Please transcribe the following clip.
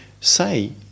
say